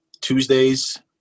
Tuesdays